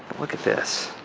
look at this.